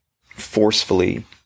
forcefully